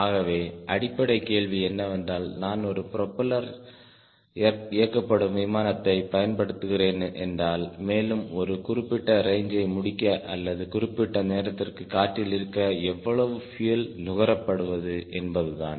ஆகவே அடிப்படைக் கேள்வி என்னவென்றால் நான் ஒரு ப்ரொபெல்லர் இயக்கப்படும் விமானத்தைப் பயன்படுத்துகிறேன் என்றால் மேலும் ஒரு குறிப்பிட்ட ரேஞ்சை முடிக்க அல்லது குறிப்பிட்ட நேரத்திற்கு காற்றில் இருக்க எவ்வளவு பியூயல் நுகரப்படும் என்பதுதான்